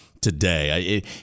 today